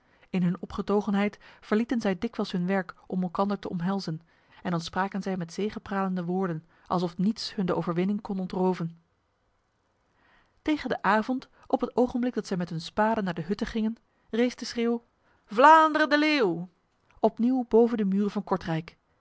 in hun opgetogenheid verlieten zij dikwijls hun werk om elkander te omhelzen en dan spraken zij met zegepralende woorden alsof niets hun de overwinning kon ontroven tegen de avond op het ogenblik dat zij met hun spaden naar de hutten gingen rees de schreeuw vlaanderen de leeuw opnieuw boven de muren van kortrijk